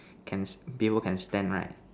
can people can stand right